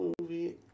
movie